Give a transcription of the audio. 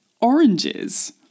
Oranges